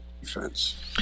defense